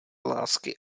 lásky